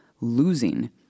losing